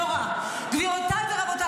אי-אפשר.